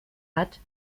hat